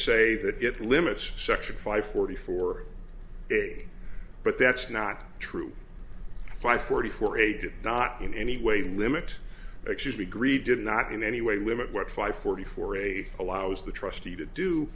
say that it limits section five forty four big but that's not true five forty four a did not in any way limit excuse me greed did not in any way limit what five forty four a allows the trustee to do